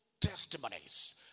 testimonies